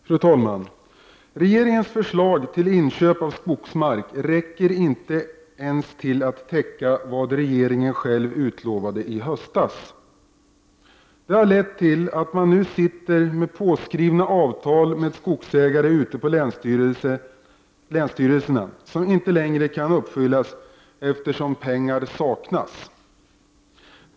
Fru talman! Regeringens förslag till inköp av skogsmark räcker inte ens till att täcka vad regeringen själv utlovade i höstas. Det harlett till att länsstyrelserna nu har påskrivna avtal med skogsägare som inte längre kan uppfyllas på grund av att pengar saknas.